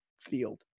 field